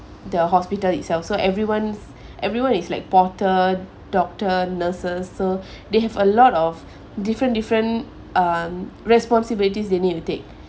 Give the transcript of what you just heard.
the hospital itself so everyone's everyone is like doctor doctor nurses so they have a lot of different different um responsibilities they need to take